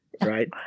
right